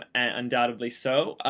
and undoubtedly so,